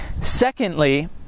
Secondly